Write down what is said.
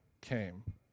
came